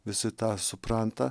visi tą supranta